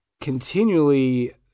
continually